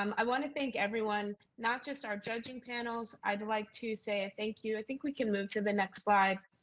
um i want to thank everyone, not just our judging panels, i'd like to say a thank you, i think we can move to the next slide.